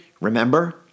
remember